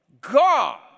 God